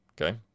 Okay